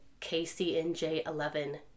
KCNJ11